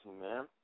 man